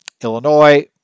Illinois